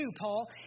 Paul